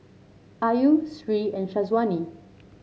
Ayu Sri and Syazwani